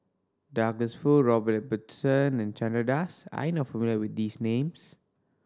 Douglas Foo Robert Ibbetson and Chandra Das are you not familiar with these names